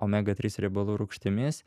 omega trys riebalų rūgštimis